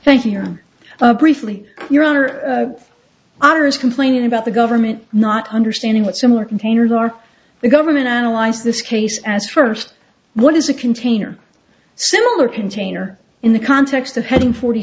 thank you here briefly your honor others complaining about the government not understanding what similar containers are the government analyze this case as first what is a container similar container in the context of heading forty